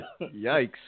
yikes